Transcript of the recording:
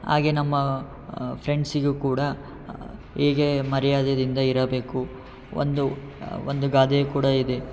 ಹಾಗೆ ನಮ್ಮ ಫ್ರೆಂಡ್ಸಿಗೂ ಕೂಡ ಹೇಗೆ ಮರ್ಯಾದೆದಿಂದ ಇರಬೇಕು ಒಂದು ಒಂದು ಗಾದೆಯು ಕೂಡ ಇದೆ